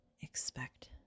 expect